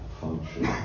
function